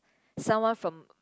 someone from